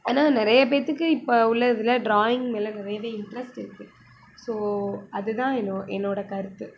ஆனால் நிறைய பேர்த்துக்கு இப்போ உள்ள இதில் ட்ராயிங் மேலே நிறையவே இன்ட்ரெஸ்ட் இருக்குது ஸோ அதுதான் என்னோட என்னோடய கருத்து